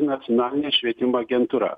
nacionalinė švietimo agentūra